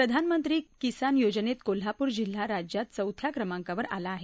प्रधानमंत्री किसान योजनेत कोल्हापूर जिल्हा राज्यात चौथ्या क्रमांकावर आला आहे